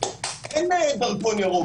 אין דרכון ירוק.